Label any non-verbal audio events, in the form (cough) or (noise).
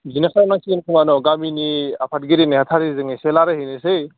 बिदिनो (unintelligible) गामिनि आफादगिरि नेहाथारिजों एसे रायज्लाहैनोसै